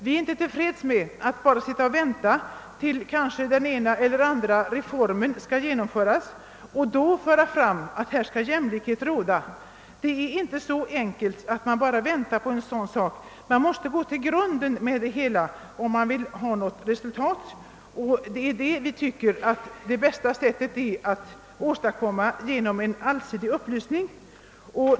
Vi är inte till freds med att man sitter och väntar tills kanske den ena eller andra reformen skall genomföras och först då för fram kravet på att i det speciella fallet jämlikhet skall råda. Det är inte så enkelt att lösa problemen att man bara bör vänta. Man måste gå till grunden med det hela, om man vill nå resultat. Vi tycker att det bästa sättet att åstadkomma resultat på detta område är en allsidig upplysning.